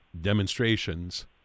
demonstrations